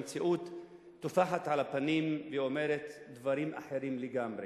המציאות טופחת על הפנים והיא אומרת דברים אחרים לגמרי.